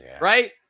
right